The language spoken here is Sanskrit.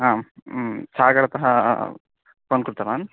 आं सागरतः फ़ोन् कृतवान्